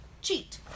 Cheat